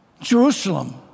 Jerusalem